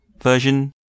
version